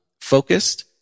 Focused